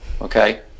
okay